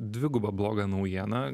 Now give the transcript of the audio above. dviguba blogą naujieną